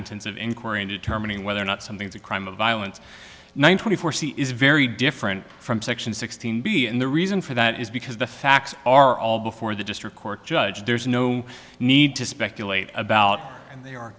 intensive inquiry in determining whether or not something is a crime of violence nine twenty four c is very different from section sixteen be in the reason for that is because the facts are all before the district court judge there is no need to speculate about and they are